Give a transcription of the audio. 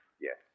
Yes